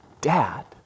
dad